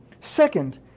Second